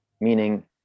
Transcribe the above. meaning